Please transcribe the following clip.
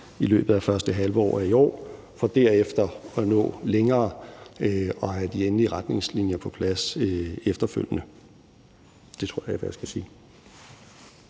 i løbet af første halvår af i år for derefter at nå længere og have de endelige retningslinjer på plads efterfølgende. Det tror jeg er, hvad jeg skal sige.